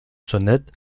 sonnette